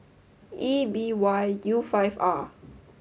E B Y U five R